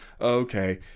okay